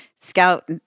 Scout